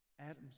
Adam's